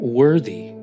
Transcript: worthy